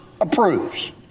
approves